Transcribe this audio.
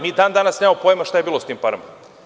Mi i dan danas nemamo pojma šta je bilo s tim parama.